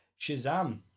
Shazam